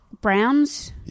browns